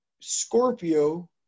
Scorpio